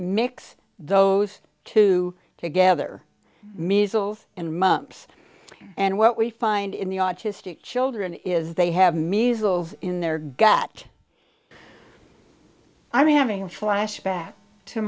mix those two together measles and mumps and what we find in the autistic children is they have measles in their gut i'm having flashbacks to